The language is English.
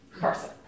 person